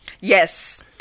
Yes